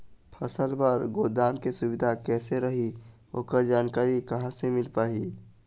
फसल बर गोदाम के सुविधा कैसे रही ओकर जानकारी कहा से मिल पाही?